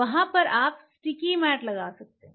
वहां पर आप स्टिकी मैट लगा सकते हैं